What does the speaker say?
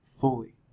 fully